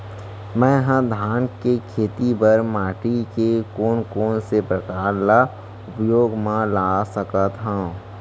मै ह धान के खेती बर माटी के कोन कोन से प्रकार ला उपयोग मा ला सकत हव?